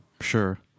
Sure